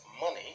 money